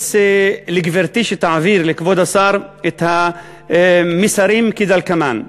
ממליץ לגברתי שתעביר לכבוד השר את המסרים כדלקמן: